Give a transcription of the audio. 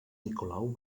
nicolau